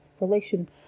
relation